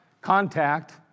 contact